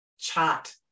chat